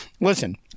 listen